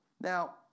Now